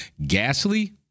Gasly